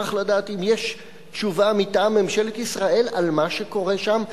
אשמח לדעת אם יש תשובה מטעם ממשלת ישראל על מה שקורה שם,